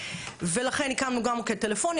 ולכן הקמנו גם מוקד טלפוני,